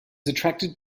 attracted